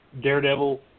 Daredevil